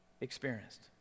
experienced